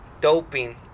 doping